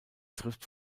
trifft